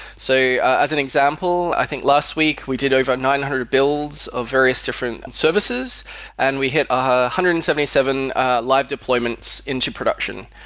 so, as an example, i think last week we did over nine hundred bills of various different and services and we hit ah one hundred and seventy seven live deployments into production.